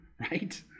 Right